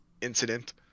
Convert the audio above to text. incident